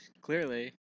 clearly